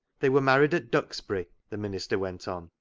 they were married at duxbury, the minister went on,